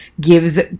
gives